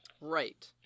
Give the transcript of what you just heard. right